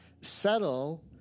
settle